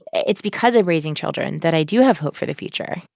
it's because of raising children that i do have hope for the future.